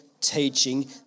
teaching